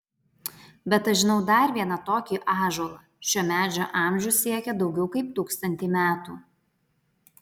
bet aš žinau dar vieną tokį ąžuolą šio medžio amžius siekia daugiau kaip tūkstantį metų